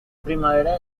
primavera